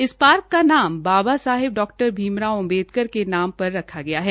इस पार्क का नाम बाबा साहिब डा भीम राव अम्बेडकर के नाम पर रखा गया है